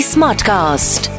Smartcast